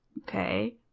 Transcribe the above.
Okay